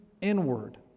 inward